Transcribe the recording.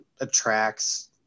attracts